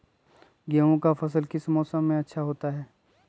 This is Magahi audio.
गेंहू का फसल किस मौसम में अच्छा होता है?